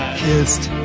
kissed